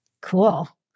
Cool